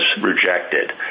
rejected